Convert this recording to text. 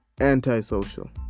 antisocial